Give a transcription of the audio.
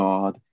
God